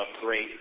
great